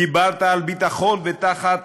דיברת על ביטחון, ותחת